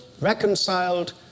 reconciled